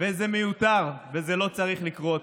זה מיותר וזה לא צריך לקרות,